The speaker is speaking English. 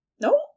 No